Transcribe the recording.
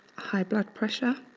high blood pressure,